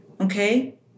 okay